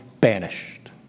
banished